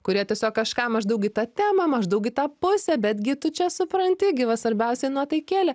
kurie tiesiog kažką maždaug į tą temą maždaug į tą pusę betgi tu čia supranti gi va svarbiausia nuotaikėlė